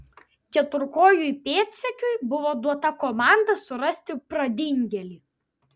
keturkojui pėdsekiui buvo duota komanda surasti pradingėlį